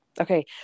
Okay